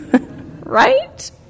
Right